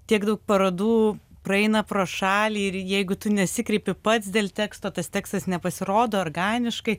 tiek daug parodų praeina pro šalį ir jeigu tu nesikreipi pats dėl teksto tas tekstas nepasirodo organiškai